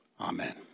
amen